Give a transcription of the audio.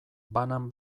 banan